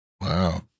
Wow